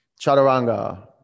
chaturanga